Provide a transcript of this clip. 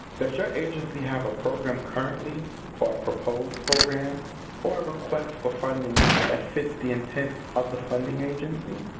does your agency have a program currently or a proposed program or a request for funding that fits the intent of the funding agency?